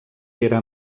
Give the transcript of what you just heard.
era